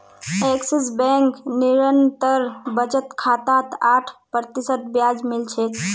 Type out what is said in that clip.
axis Bank निरंतर बचत खातात आठ प्रतिशत ब्याज मिल छेक